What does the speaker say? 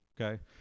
okay